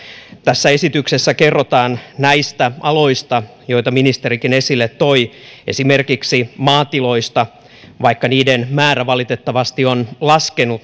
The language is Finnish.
tässä esityksessä kerrotaan näistä aloista joita ministerikin esille toi esimerkiksi maatiloista ja vaikka niiden määrä valitettavasti on laskenut